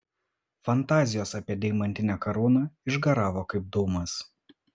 fantazijos apie deimantinę karūną išgaravo kaip dūmas